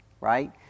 Right